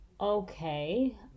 okay